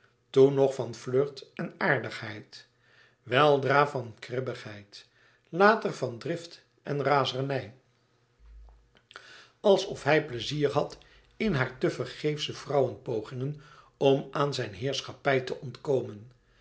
toen nog van flirt en aardigheid weldra van kribbigheid later van drift en razernij alsof hij pleizier had in hare tevergeefsche vrouwepogingen om aan zijn heerschappij te ontkomen